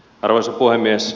arvoisa puhemies